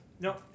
No